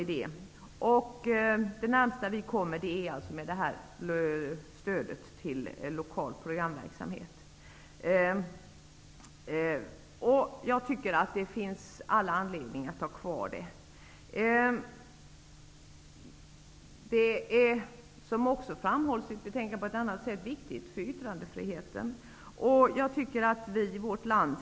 Det närmaste vi kommer USA:s förhållanden är alltså nämnda stöd till lokal programverksamhet. Det finns all anledning att ha kvar det här stödet. Det är också viktigt för yttrandefriheten, som framhålls på ett annat ställe i betänkandet.